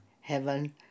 heaven